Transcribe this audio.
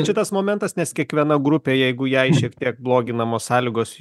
šitas momentas nes kiekviena grupė jeigu jai šiek tiek bloginamos sąlygos